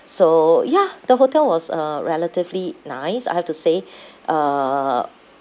so ya the hotel was uh relatively nice I have to say uh